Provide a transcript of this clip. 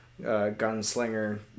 gunslinger